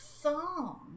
song